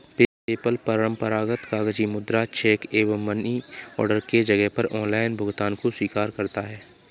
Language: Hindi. पेपल परंपरागत कागजी मुद्रा, चेक एवं मनी ऑर्डर के जगह पर ऑनलाइन भुगतान को स्वीकार करता है